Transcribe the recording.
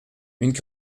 que